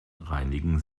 reinigen